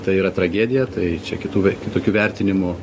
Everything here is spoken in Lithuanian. tai yra tragedija tai čia kitų kitokių vertinimų